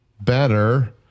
better